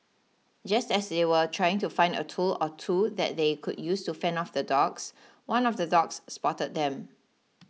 just as they were trying to find a tool or two that they could use to fend off the dogs one of the dogs spotted them